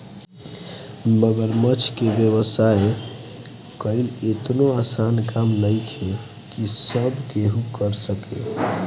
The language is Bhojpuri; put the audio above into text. मगरमच्छ के व्यवसाय कईल एतनो आसान काम नइखे की सब केहू कर सके